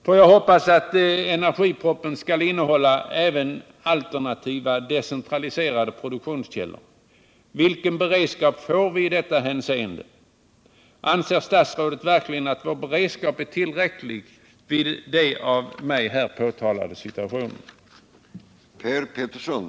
Får jag hoppas att energipropositionen skall innehålla även alternativa decentraliserade produktionskällor? Vilken beredskap får vi i detta hänseende? Anserstatsrådet verkligen att vår beredskap är tillräcklig i de här av mig påtalade situationerna?